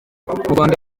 rwanda